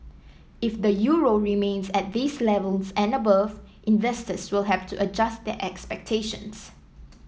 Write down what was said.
if the euro remains at these levels and above investors will have to adjust their expectations